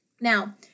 Now